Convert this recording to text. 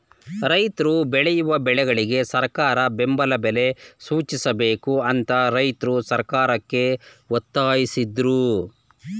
ರೈತ್ರು ಬೆಳೆಯುವ ಬೆಳೆಗಳಿಗೆ ಸರಕಾರ ಬೆಂಬಲ ಬೆಲೆ ಸೂಚಿಸಬೇಕು ಅಂತ ರೈತ್ರು ಸರ್ಕಾರಕ್ಕೆ ಒತ್ತಾಸಿದ್ರು